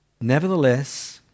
Nevertheless